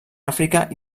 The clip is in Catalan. àfrica